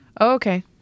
Okay